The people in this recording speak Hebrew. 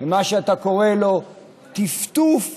מה שאתה קורא לו טפטוף קל,